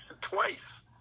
Twice